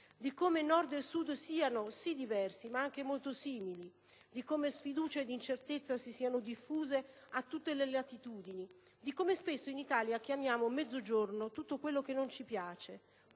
di come Nord e Sud siano bensì diversi, ma anche molto simili; di come sfiducia ed incertezza si siano diffuse a tutte le latitudini; di come spesso in Italia chiamiamo «Mezzogiorno» tutto quello che non ci piace,